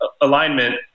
alignment